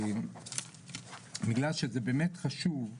בגלל שזה באמת חשוב.